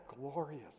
glorious